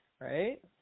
Right